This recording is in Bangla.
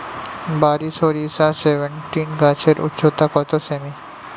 বারি সরিষা সেভেনটিন গাছের উচ্চতা কত সেমি?